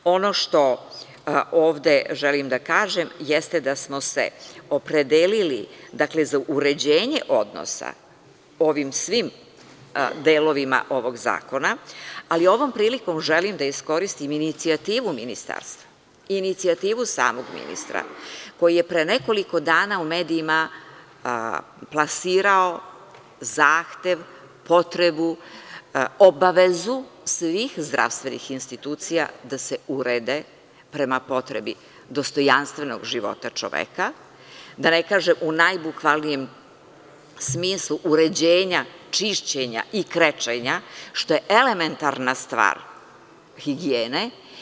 Ono što ovde želim da kažem, jeste da smo se opredelili za uređenje odnosa ovim svim delovima ovog zakona, ali ovom prilikom želim da iskoristim inicijativu Ministarstva, inicijativu samog ministra, koji je pre nekoliko dana u medijima plasirao zahtev, potrebu, obavezu svih zdravstvenih institucija da se urede prema potrebi dostojanstvenog života čoveka, da ne kažem u najbuklvanijem smislu uređenja čišćenja i krečenja, što je elementarna stvar higijene.